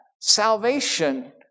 salvation